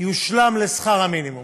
יושלם לשכר המינימום,